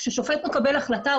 כששופט מקבל החלטה,